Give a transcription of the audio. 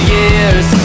years